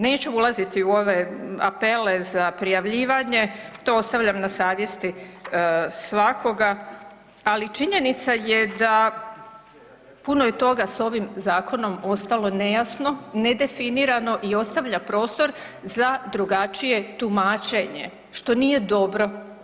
Neću ulaziti u ove apele za prijavljivanje to ostavljam na svijesti svakoga, ali činjenica je da puno je toga s ovim zakonom ostalo nejasno, nedefinirano i ostavlja prostor za drugačije tumačenje što nije dobro.